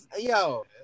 Yo